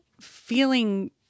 feeling